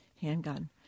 handgun